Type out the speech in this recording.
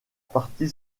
partie